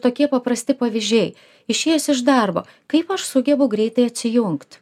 tokie paprasti pavyzdžiai išėjus iš darbo kaip aš sugebu greitai atsijungt